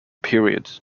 period